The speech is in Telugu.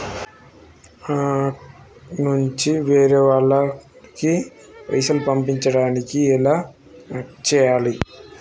నా అకౌంట్ నుంచి వేరే వాళ్ల అకౌంట్ కి పైసలు పంపించడానికి ఎలా ఆడ్ చేయాలి?